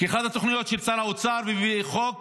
כי אחת התוכניות, שר האוצר מביא חוק